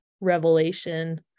revelation